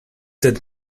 that